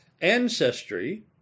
ancestry